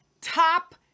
top